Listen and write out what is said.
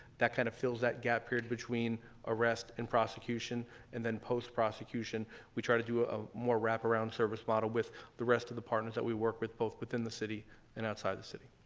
that kind of fills that gap period between arrest and prosecution and then post prosecution we try to do a more wrap around service model with the rest of the partners that we work with, both within the city and outside the city.